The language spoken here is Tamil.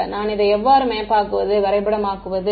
இதை நான் எவ்வாறு மேப்பாக்குவது வரைபடமாக்குவது